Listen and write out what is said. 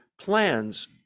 plans